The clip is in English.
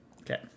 Okay